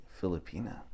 Filipina